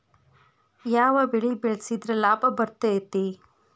ಯಾವ ಬೆಳಿ ಬೆಳ್ಸಿದ್ರ ಲಾಭ ಬರತೇತಿ?